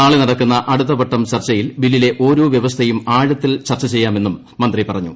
നാളെ നടക്കുന്ന അടുത്ത വട്ടം ചർച്ചയിൽ ബില്ലിലെ ഓരോ വ്യവസ്ഥയും ആഴത്തിൽ ചർച്ച ചെയ്യാമെന്നും മന്ത്രി പറഞ്ഞു